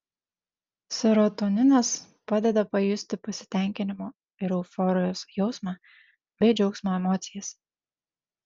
serotoninas padeda pajusti pasitenkinimo ir euforijos jausmą bei džiaugsmo emocijas